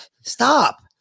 stop